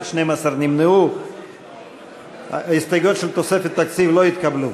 61. ההסתייגויות של תוספת תקציב לא התקבלו.